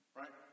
right